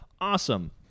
Awesome